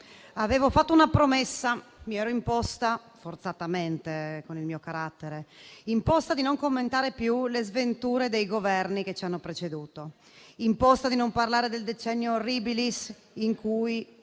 avevo fatto una promessa: mi ero imposta - forzatamente, con il mio carattere - di non commentare più le sventure dei Governi che ci hanno preceduto; di non parlare del decennio *horribilis* in cui,